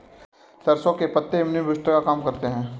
सरसों के पत्ते इम्युनिटी बूस्टर का काम करते है